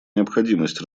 необходимость